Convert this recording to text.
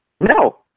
No